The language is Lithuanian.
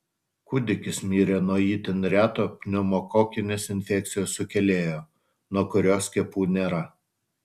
kūdikis mirė nuo itin reto pneumokokinės infekcijos sukėlėjo nuo kurio skiepų nėra